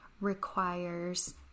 requires